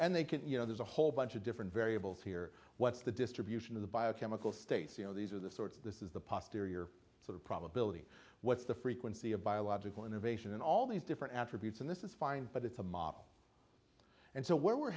and they can you know there's a whole bunch of different variables here what's the distribution of the biochemical states you know these are the sorts this is the posterity or sort of probability what's the frequency of biological innovation and all these different attributes and this is fine but it's a model and so where we're